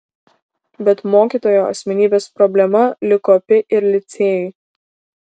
bet mokytojo asmenybės problema liko opi ir licėjui